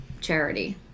charity